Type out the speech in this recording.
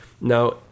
Now